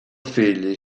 figli